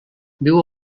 viu